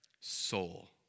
soul